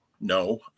No